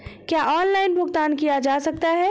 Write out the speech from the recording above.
क्या ऑनलाइन भुगतान किया जा सकता है?